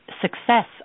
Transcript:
success